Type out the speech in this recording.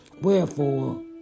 Wherefore